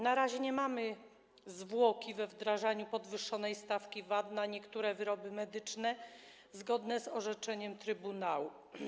Na razie nie mamy zwłoki we wdrażaniu podwyższonej stawki VAT na niektóre wyroby medyczne zgodnie z orzeczeniem Trybunału.